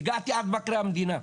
הגעתי עד מבקר המדינה.